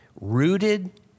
Rooted